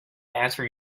answer